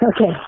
Okay